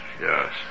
Yes